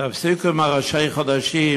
תפסיקו עם הראשי-חודשים,